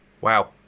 Wow